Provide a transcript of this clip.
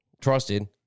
trusted